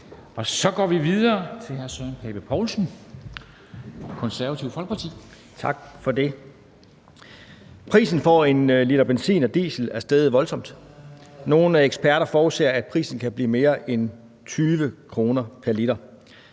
Spm. nr. US 53 Søren Pape Poulsen (KF): Tak for det. Prisen for en liter benzin og diesel er steget voldsomt. Nogle eksperter forudser, at prisen kan blive mere end 20 kr. pr. liter.